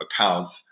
accounts